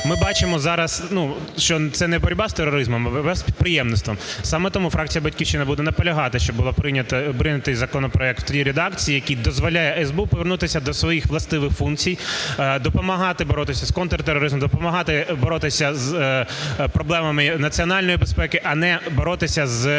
ми бачимо зараз, що це не боротьба з тероризмом, а боротьба з підприємництвом. Саме тому фракція "Батьківщина" буде наполягати, щоб був прийнятий законопроект в тій редакції, який дозволяє СБУ повернутися до своїх властивих функцій, допомагати боротися з контртероризмом, допомагати боротися з проблемами національної безпеки, а не боротися з